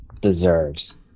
deserves